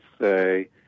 say